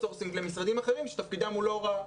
חוץ למשרדים אחרים שתפקידם הוא לא הוראה.